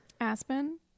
Aspen